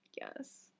Yes